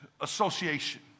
association